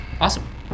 awesome